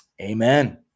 Amen